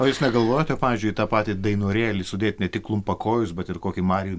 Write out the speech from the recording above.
o jūs negalvojote pavyzdžiui į tą patį dainorėlį sudėt ne tik klumpakojus bet ir kokį marijų